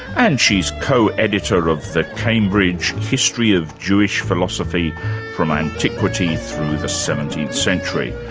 and she's co-editor of the cambridge history of jewish philosophy from antiquity through the seventeenth century.